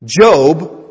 Job